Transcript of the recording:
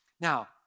Now